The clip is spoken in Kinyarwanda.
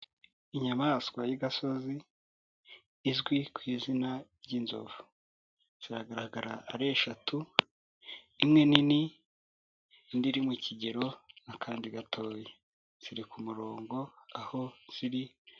Inyamaswa y'agasozi izwi ku izina ry'inzovu. Ziragaragara ari eshatu imwe nini, indi iri mu kigero n'akandi gatoya. Ziri ku murongo aho ziri.